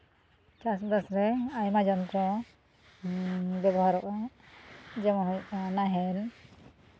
ᱪᱟᱥᱼᱵᱟᱥ ᱨᱮ ᱟᱭᱢᱟ ᱡᱚᱱ ᱠᱚ ᱵᱮᱵᱚᱦᱟᱨᱚᱜᱼᱟ ᱡᱮᱢᱚᱱ ᱦᱩᱭᱩᱜ ᱠᱟᱱᱟ ᱱᱟᱦᱮᱞ